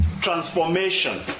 Transformation